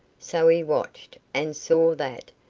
so he watched, and saw that,